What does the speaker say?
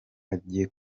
agiye